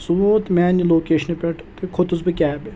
سُہ ووت میانہِ لوکیشنہِ پٮ۪ٹھ تٕہ کھوٚتُس بہٕ کٮ۪بہِ